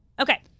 Okay